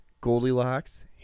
Goldilocks